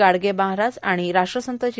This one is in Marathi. गाडगे महाराज आणण राष्ट्रसंत श्री